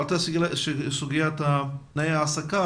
עלתה גם סוגיית תנאי ההעסקה,